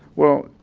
well,